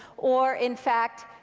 or, in fact,